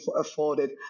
afforded